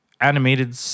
animated